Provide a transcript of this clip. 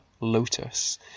lotus